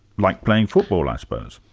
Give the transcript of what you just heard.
like playing football i suppose.